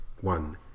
One